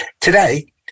Today